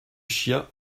chien